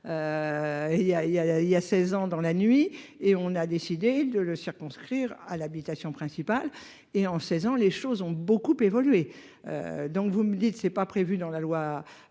il y a 16 ans dans la nuit et on a décidé de le circonscrire à l'habitation principale et en 16 ans, les choses ont beaucoup évolué. Donc vous me dites c'est pas prévu dans la loi